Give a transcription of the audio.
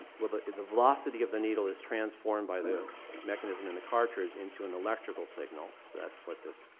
well, the the velocity of the needle is transformed by the mechanism in the cartridge into an electrical signal. that's what this